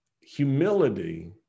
Humility